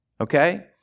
Okay